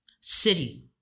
city